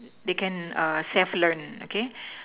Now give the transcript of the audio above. they can err self learn okay